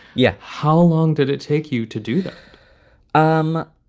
yeah. how long did it take you to do that? um